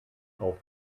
auf